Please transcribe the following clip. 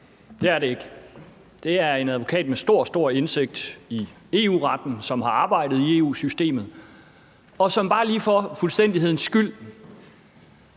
Det er det ikke; det er en advokat med stor, stor indsigt i EU-retten, som har arbejdet i EU-systemet, og som – bare lige for fuldstændighedens skyld